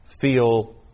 feel